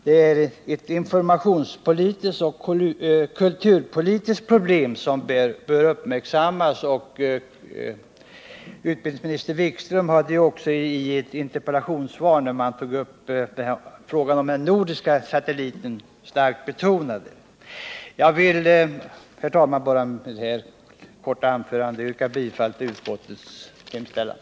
Det är ett informationspolitiskt och kulturpolitiskt problem som bör uppmärksammas. Utbildningsminister Wikström har också tagit upp detta i ett interpellationssvar om den nordiska satelliten, varvid han starkt betonade denna synpunkt. Jag vill med detta korta anförande yrka bifall till utskottets hemställan.